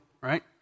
right